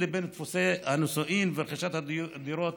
לבין דפוסי הנישואים ורכישת הדירות